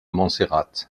montserrat